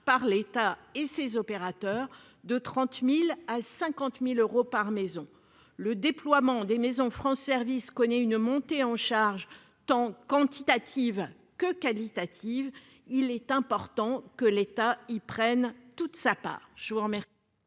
par l'État et ses opérateurs de 30000 à 50000 euros par maison, le déploiement des Maisons France service connaît une montée en charge tant quantitative que qualitative, il est important que l'état il prenne toute sa part,